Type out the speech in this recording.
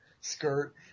skirt